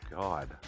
God